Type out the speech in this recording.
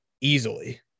easily